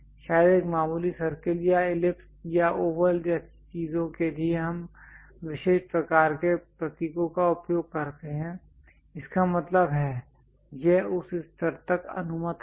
शायद एक मामूली सर्किल या ईलिप्स या ओवल जैसी चीजों के लिए हम विशेष प्रकार के प्रतीकों का उपयोग करते हैं इसका मतलब है यह उस स्तर तक अनुमत है